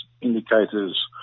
indicators